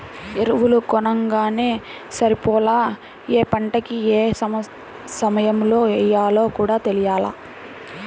ఎరువులు కొనంగానే సరిపోలా, యే పంటకి యే సమయంలో యెయ్యాలో కూడా తెలియాల